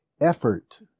effort